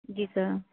جی سر